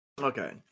Okay